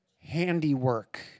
handiwork